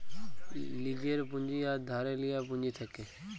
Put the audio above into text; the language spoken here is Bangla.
লীজের পুঁজি আর ধারে লিয়া পুঁজি থ্যাকে